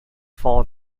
fall